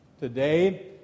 today